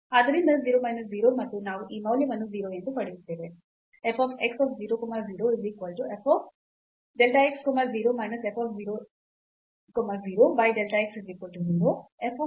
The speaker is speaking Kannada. ಆದ್ದರಿಂದ 0 ಮೈನಸ್ 0 ಮತ್ತು ನಾವು ಈ ಮೌಲ್ಯವನ್ನು 0 ಎಂದು ಪಡೆಯುತ್ತೇವೆ